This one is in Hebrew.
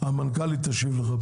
המנכ"לית תשיב לך.